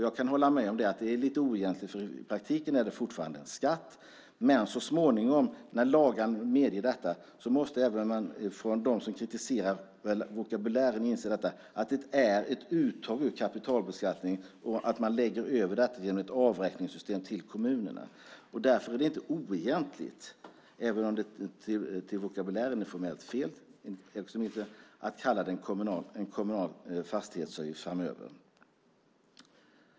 Jag kan hålla med om att det är lite oegentligt, för i praktiken är det fortfarande en skatt. Men så småningom, när lagen medger detta, måste även de som kritiserar vokabulären inse att det är ett uttag ur kapitalbeskattningen och att man lägger över detta genom ett avräkningssystem till kommunerna. Därför är det inte oegentligt, även om det till vokabulären är formellt fel att kalla det för en kommunal fastighetsavgift framöver.